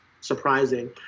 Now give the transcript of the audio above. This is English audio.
surprising